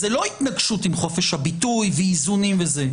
זה לא התנגשות עם חופש הביטוי ואיזונים וכו'.